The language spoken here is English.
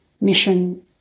mission